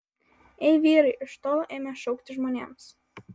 ei vyrai iš tolo ėmė šaukti žmonėms